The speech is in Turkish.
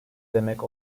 demek